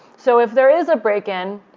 so if there is a break in,